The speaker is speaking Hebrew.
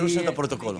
כדי